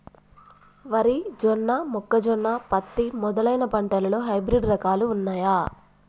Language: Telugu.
వరి జొన్న మొక్కజొన్న పత్తి మొదలైన పంటలలో హైబ్రిడ్ రకాలు ఉన్నయా?